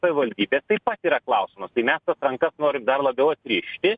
savivaldybės taip pat yra klausimas tai mes tas rankas norim dar labiau atrišti